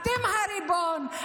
אתם הריבון,